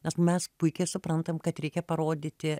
nes mes puikiai suprantam kad reikia parodyti